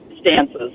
stances